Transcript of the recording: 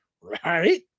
right